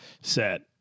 set